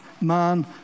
man